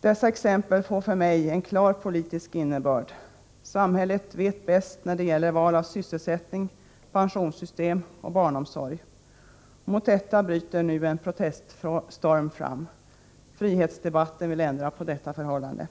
Dessa exempel har för mig en klar politisk innebörd: samhället vet bäst när det gäller val av sysselsättning, pensionssystem och barnomsorg. Mot detta bryter nu en proteststorm fram. Frihetsdebatten vill ändra på detta förhållande.